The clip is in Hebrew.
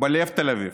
בלב תל אביב?